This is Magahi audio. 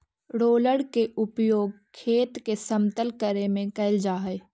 रोलर के उपयोग खेत के समतल करे में कैल जा हई